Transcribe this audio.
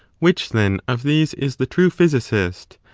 which then of these is the true physicist?